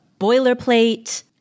boilerplate